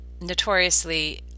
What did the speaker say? notoriously